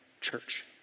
church